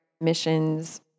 missions